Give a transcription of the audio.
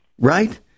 Right